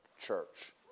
Church